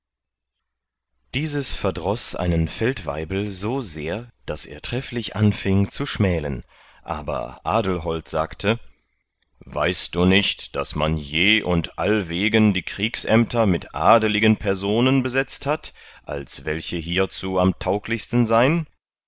dieses verdroß einen feldwaibel so sehr daß er trefflich anfieng zu schmälen aber adelhold sagte weißt du nicht daß man je und allwegen die kriegsämter mit adeligen personen besetzt hat als welche hierzu am tauglichsten sein